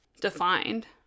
defined